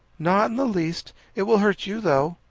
not in the least. it will hurt you, though.